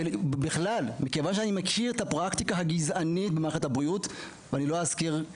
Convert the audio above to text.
מכיוון שאני מכיר את הפרקטיקה הגזענית במערכת הבריאות ( חברת